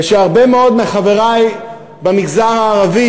ושהרבה מאוד מחברי במגזר הערבי,